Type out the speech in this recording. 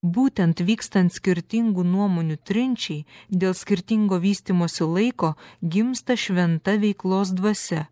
būtent vykstant skirtingų nuomonių trinčiai dėl skirtingo vystymosi laiko gimsta šventa veiklos dvasia